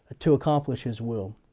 to accomplish his will.